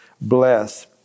bless